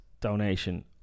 donation